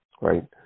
right